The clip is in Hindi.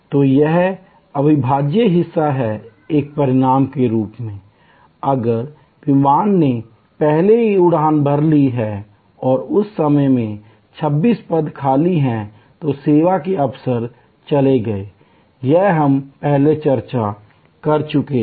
तो यह अविभाज्य हिस्सा है एक परिणाम के रूप में अगर विमान ने पहले ही उड़ान भर ली है और उस सेवा में 26 पद खाली हैं तो सेवा के अवसर चले गए यह हम पहले चर्चा कर चुके हैं